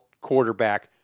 quarterback